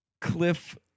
Cliff